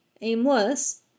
aimless